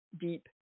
deep